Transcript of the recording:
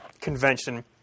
convention